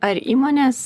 ar įmonės